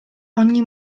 ogni